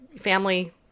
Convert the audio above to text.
family